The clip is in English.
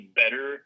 better